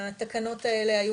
התקנות האלה היו